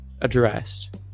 addressed